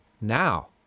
now